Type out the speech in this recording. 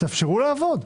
תאפשרו לעבוד.